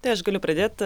tai aš galiu pradėt